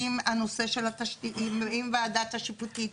עם הוועדה השיפוטית,